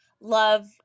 love